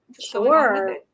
Sure